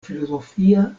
filozofia